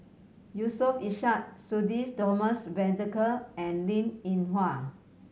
Yusof Ishak Sudhir Thomas Vadaketh and Linn In Hua